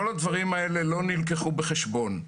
כל הדברים האלה לא נלקחו בחשבון.